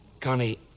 Connie